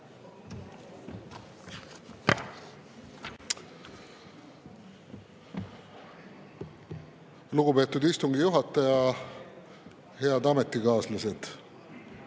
Lugupeetud istungi juhataja! Austatud ametikaaslased!